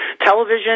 television